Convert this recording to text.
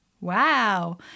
Wow